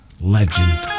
Legend